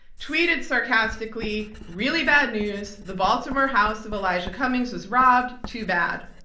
tweeted sarcastically, really bad news. the baltimore house of elijah cummings was robbed. too bad.